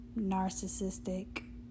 narcissistic